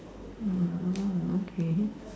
mm orh okay